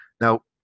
now